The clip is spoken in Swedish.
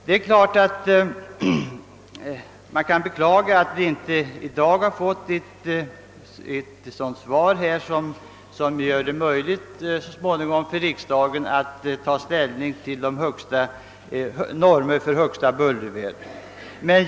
Det kan naturligtvis beklagas att vi inte i dag har fått ett svar som visar att riksdagen så småningom skall få ta ställning till frågan om normer för högsta bullervärden.